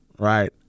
right